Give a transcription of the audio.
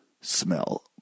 smell